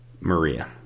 Maria